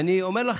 בוקר טוב לכולם.